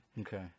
Okay